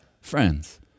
friends